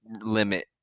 limit